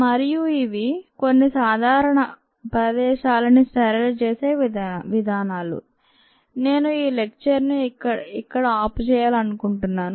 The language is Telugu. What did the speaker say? మరి ఇవి కొన్ని సాధారణగా ప్రదేశాలని స్టెరైల్ చేసే విధానాలు నేను ఈ లెక్చర్ ను ఇక్కడ ఆపుచేయాలి అనుకుంటున్నాను